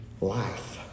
life